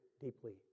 deeply